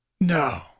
No